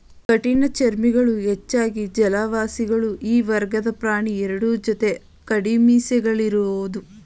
ಕಠಿಣಚರ್ಮಿಗಳು ಹೆಚ್ಚಾಗಿ ಜಲವಾಸಿಗಳು ಈ ವರ್ಗದ ಪ್ರಾಣಿ ಎರಡು ಜೊತೆ ಕುಡಿಮೀಸೆಗಳಿರೋದು ವಿಶೇಷವಾದ ಲಕ್ಷಣ